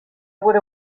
would